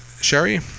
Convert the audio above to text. Sherry